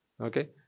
Okay